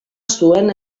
zuen